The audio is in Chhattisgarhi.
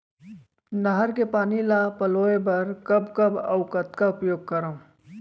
नहर के पानी ल पलोय बर कब कब अऊ कतका उपयोग करंव?